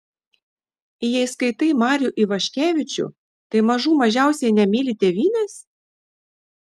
jei skaitai marių ivaškevičių tai mažų mažiausiai nemyli tėvynės